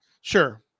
Sure